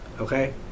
Okay